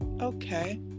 okay